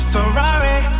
Ferrari